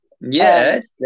Yes